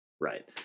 Right